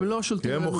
הם לא שולטים עלינו בכלל.